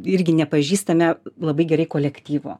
irgi nepažįstame labai gerai kolektyvo